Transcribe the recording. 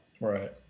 Right